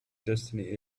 destiny